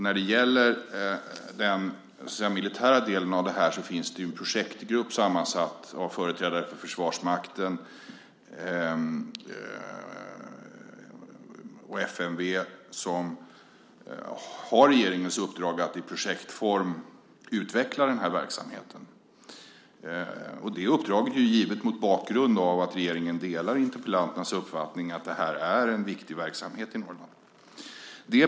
När det gäller den militära delen finns det en projektgrupp sammansatt av företrädare för Försvarsmakten och FMV som har regeringens uppdrag att i projektform utveckla verksamheten. Uppdraget är givet mot bakgrund av att regeringen delar interpellanternas uppfattning att det här är en viktig verksamhet i Norrland.